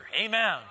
Amen